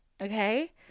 okay